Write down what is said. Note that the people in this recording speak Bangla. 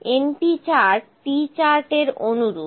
np চার্ট P চার্টের অনুরুপ